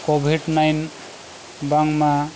covid ᱱᱟᱭᱤᱱ ᱵᱟᱝᱢᱟ